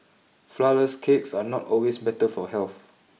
Flourless cakes are not always better for health